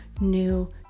new